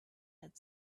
had